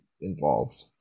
involved